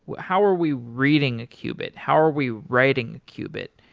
how are we reading a qubit? how are we writing a qubit?